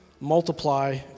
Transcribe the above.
Multiply